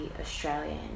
Australian